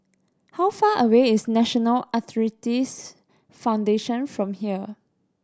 how far away is National Arthritis Foundation from here